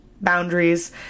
boundaries